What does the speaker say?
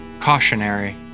cautionary